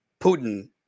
Putin